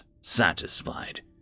satisfied